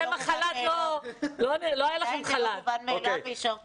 זה לא מובן מאליו, ויישר כוח.